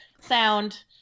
sound